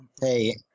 hey